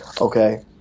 Okay